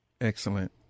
excellent